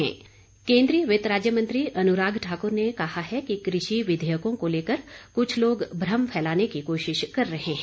अनुराग ठाकुर केन्द्रीय वित्त राज्य मंत्री अनुराग ठाक्र ने कहा है कि कृषि विधेयकों को लेकर कुछ लोग भ्रम फैलाने की कोशिश कर रहे हैं